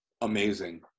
amazing